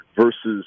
versus